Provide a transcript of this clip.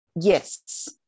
Yes